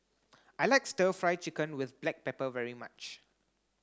I like stir fry chicken with black pepper very much